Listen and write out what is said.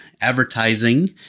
advertising